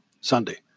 Sunday